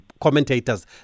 commentators